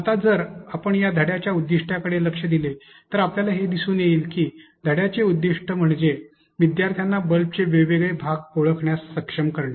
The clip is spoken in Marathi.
आता जर आपण या धड्याच्या उद्दीष्ट्याकडे लक्ष दिले तर आपल्याला हे दिसून येते की या धड्याचे उद्दीष्ट म्हणजे विद्यार्थ्यांना बल्बचे वेगवेगळे भाग ओळखण्यास सक्षम करणे